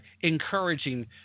encouraging